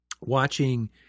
watching